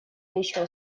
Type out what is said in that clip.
еще